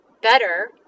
better